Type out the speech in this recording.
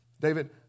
David